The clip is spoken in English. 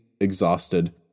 exhausted